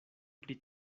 pri